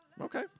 Okay